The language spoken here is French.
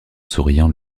souriant